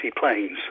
planes